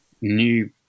new